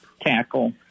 tackle